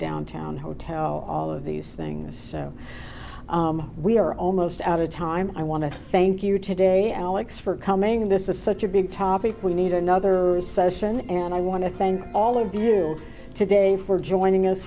downtown hotel all of these things we are almost out of time i want to thank you today alex for coming in this is such a big topic we need another session and i want to thank all of your today for joining us